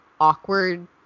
awkward